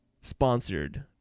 sponsored